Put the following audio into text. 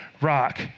rock